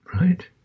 Right